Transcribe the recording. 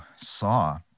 saw